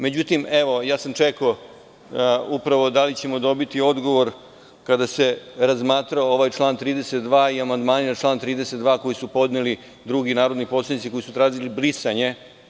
Međutim, čekao sam da li ćemo dobiti odgovor kada se razmatrao ovaj član 32. i amandmani na član 32. koji su podneli drugi narodni poslanici koji su tražili brisanje.